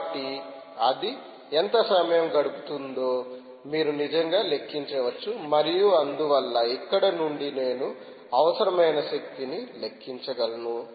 కాబట్టిఅది ఎంత సమయం గడుపుతుందో మీరు నిజంగా లెక్కించవచ్చు మరియు అందువల్ల అక్కడ నుండి నేను అవసరమైన శక్తిని లెక్కించగలను